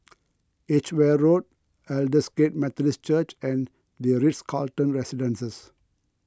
Edgeware Road Aldersgate Methodist Church and the Ritz Carlton Residences